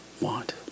want